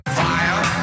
fire